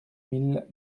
mille